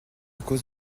cause